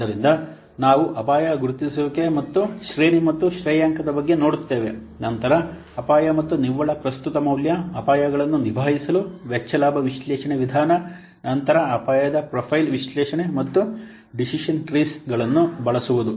ಆದ್ದರಿಂದ ನಾವು ಅಪಾಯ ಗುರುತಿಸುವಿಕೆ ಮತ್ತು ಶ್ರೇಣಿ ಮತ್ತು ಶ್ರೇಯಾಂಕದ ಬಗ್ಗೆ ನೋಡುತ್ತೇವೆ ನಂತರ ಅಪಾಯ ಮತ್ತು ನಿವ್ವಳ ಪ್ರಸ್ತುತ ಮೌಲ್ಯ ಅಪಾಯಗಳನ್ನು ನಿಭಾಯಿಸಲು ವೆಚ್ಚ ಲಾಭ ವಿಶ್ಲೇಷಣೆ ವಿಧಾನ ನಂತರ ಅಪಾಯದ ಪ್ರೊಫೈಲ್ ವಿಶ್ಲೇಷಣೆ ಮತ್ತು ಡಿಸಿಷನ್ ಟ್ರೀಸ್ಗಳನ್ನು ಬಳಸುವುದು